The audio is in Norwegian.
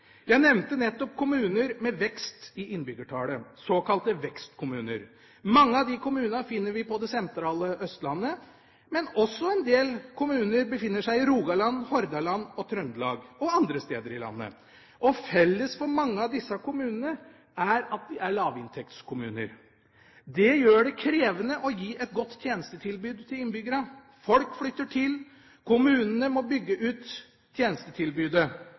Jeg nevnte nettopp kommuner med vekst i innbyggertallet – såkalte vekstkommuner. Mange av de kommunene finner vi på det sentrale Østlandet, men også en del kommuner befinner seg i Rogaland, Hordaland og Trøndelag, og andre steder i landet. Felles for mange av disse kommunene er at de er lavinntektskommuner. Det gjør det krevende å gi et godt tjenestetilbud til innbyggerne. Folk flytter til, og kommunene må bygge ut tjenestetilbudet.